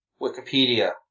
Wikipedia